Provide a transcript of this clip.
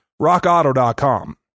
Rockauto.com